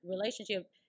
relationship